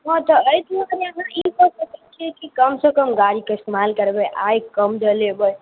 हँ तऽ अइठमा ई कऽ सकै छियै की कम सँ कम गाड़ीके इस्तेमाल करबै आगि कम जलेबै